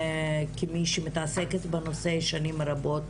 כמי שמתעסקת בנושא שנים רבות,